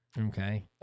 okay